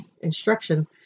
instructions